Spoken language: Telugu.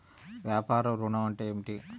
వ్యాపార ఋణం అంటే ఏమిటి?